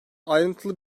ayrıntılı